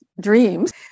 dreams